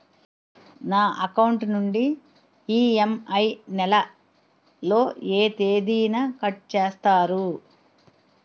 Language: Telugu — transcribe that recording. నా అకౌంట్ నుండి ఇ.ఎం.ఐ నెల లో ఏ తేదీన కట్ చేస్తారు?